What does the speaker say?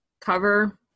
cover